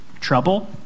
trouble